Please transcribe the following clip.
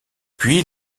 puis